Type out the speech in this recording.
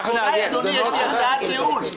אדוני יש לי הצעת ייעול.